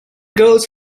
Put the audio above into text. goes